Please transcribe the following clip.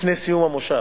לפני סיום המושב,